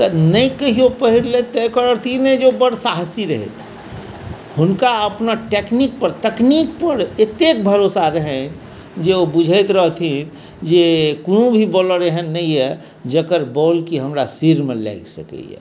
तऽ ने कहियो पहिरलथि तऽ एकर अर्थ ई नहि जे ओ बड्ड साहसी रहथि हुनका अपना टेक्नीकपर तकनीकपर एतेक भरोसा रहनि जे ओ बुझै रहथिन जे कोनो भी बॉलर एहन नहि अइ जकर बॉल की हमरा सिरमे लागि सकैए